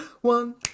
One